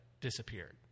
disappeared